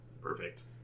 Perfect